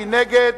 מי נגד?